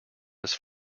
this